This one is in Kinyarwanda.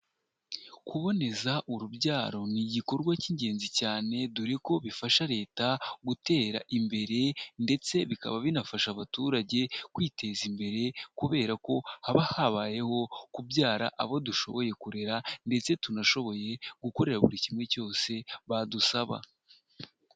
Kuboneza urubyaro ni igikorwa cy'ingenzi cyane, dore ko bifasha leta gutera imbere ndetse bikaba binafasha abaturage kwiteza imbere, kubera ko haba habayeho kubyara abo dushoboye kurera ndetse tunashoboye gukorera buri kimwe cyose badusaba.